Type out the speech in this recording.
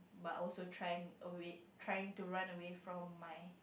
but also trying away trying to run away from my